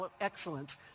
excellence